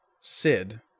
Sid